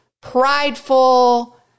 prideful